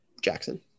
Jackson